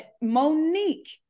Monique